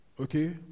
Okay